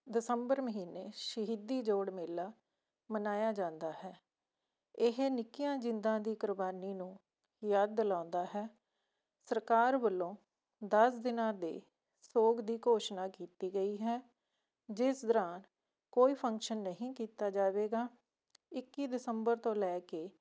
ਦਸੰਬਰ ਮਹੀਨੇ ਸ਼ਹੀਦੀ ਜੋੜ ਮੇਲਾ ਮਨਾਇਆ ਜਾਂਦਾ ਹੈ ਇਹ ਨਿੱਕੀਆਂ ਜਿੰਦਾਂ ਦੀ ਕੁਰਬਾਨੀ ਨੂੰ ਯਾਦ ਦਿਲਾਉਂਦਾ ਹੈ ਸਰਕਾਰ ਵੱਲੋਂ ਦਸ ਦਿਨਾਂ ਦੇ ਸੋਗ ਦੀ ਘੋਸ਼ਣਾ ਕੀਤੀ ਗਈ ਹੈ ਜਿਸ ਦੌਰਾਨ ਕੋਈ ਫੰਕਸ਼ਨ ਨਹੀਂ ਕੀਤਾ ਜਾਵੇਗਾ ਇੱਕੀ ਦਸੰਬਰ ਤੋਂ ਲੈ ਕੇ